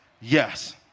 Yes